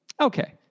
Okay